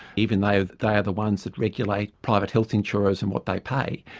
even though they are the ones that regulate private health insurers and what they pay.